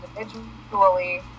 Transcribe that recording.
individually